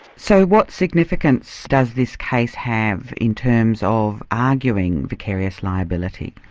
so what significance does this case have in terms of arguing vicarious liability?